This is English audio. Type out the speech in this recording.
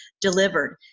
delivered